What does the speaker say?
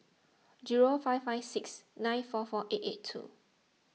zero five five six nine four four eight eight two